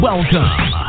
Welcome